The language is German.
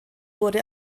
wurde